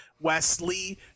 Wesley